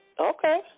Okay